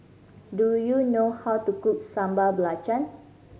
do you know how to cook Sambal Belacan